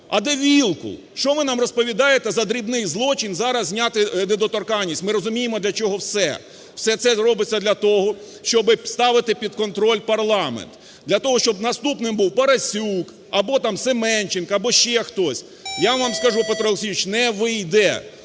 а де Вілкул, що ви нам розповідаєте за дрібний злочин зараз зняти недоторканність. Ми розуміємо, для чого все. Все це робиться для того, щоб ставити під контроль парламент. Для того, щоб наступним був Парасюк або Семенченко, або ще хтось. Я вам скажу, Петро Олексійович, не вийде.